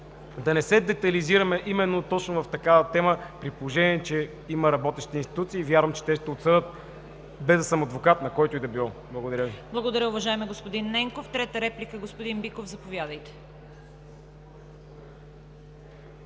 да не се детайлизираме именно точно в такава тема, при положение че има работещи институции – вярвам, че те ще отсъдят, без да съм адвокат на който и да било. Благодаря Ви. ПРЕДСЕДАТЕЛ ЦВЕТА КАРАЯНЧЕВА: Благодаря, уважаеми господин Ненков. Трета реплика? Господин Биков, заповядайте.